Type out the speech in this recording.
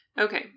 Okay